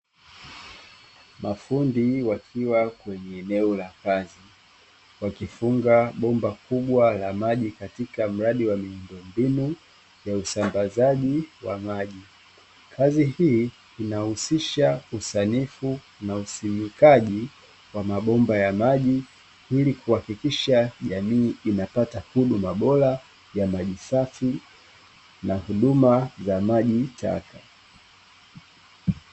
Mafundi wakiwa kwenye eneo la kazi wakifunga bomba kubwa la maji katika mradi wa miundo mbinu ya usambazaji wa maji. Kazi hii inahusisha usanifu na usimikaji wa mabomba ya maji ili kuhakikisha jamii inapata huduma bora ya maji safi na huduma za maji taka.